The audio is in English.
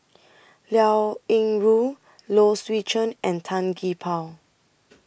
Liao Yingru Low Swee Chen and Tan Gee Paw